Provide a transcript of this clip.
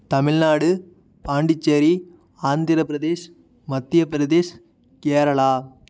Tamil Nadu Pondicherry Andhra Pradesh Madhya Pradesh Kerala